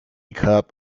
cup